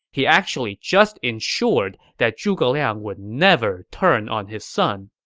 he actually just ensured that zhuge liang would never turn on his son.